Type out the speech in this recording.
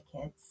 kids